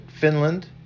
Finland